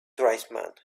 tribesman